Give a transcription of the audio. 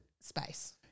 space